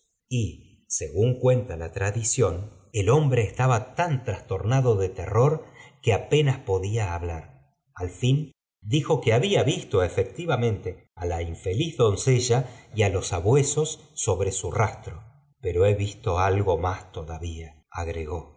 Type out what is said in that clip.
y según cuenta la tradición el hombre estaba tan trastornado de terror que apenas podía hablar al nn dijo nue había visto efectivamente á la infeliz donofila y á los sabuesos sobre gn rastro ero he visto algo más todavía agregó